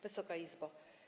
Wysoka Izbo!